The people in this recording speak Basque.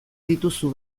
dituzu